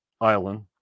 island